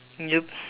yup